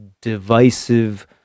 divisive